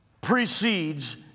precedes